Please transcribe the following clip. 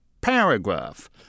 paragraph